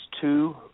two